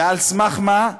ועל סמך מה?